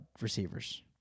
receivers